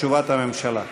תשובת הממשלה.